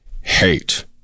Hate